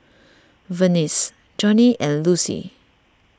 Vernice Jonnie and Lucie